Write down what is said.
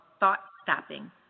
thought-stopping